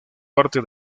parte